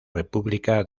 república